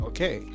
Okay